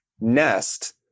Nest